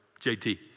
JT